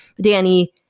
Danny